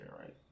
right